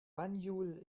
banjul